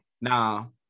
now